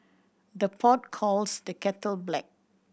the pot calls the kettle black